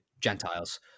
Gentiles